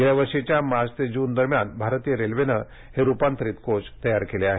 गेल्या वर्षीच्या मार्च ते जून दरम्यान भारतीय रेल्वेनं हे रुपांतरीत कोच तयार केले आहेत